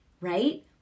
Right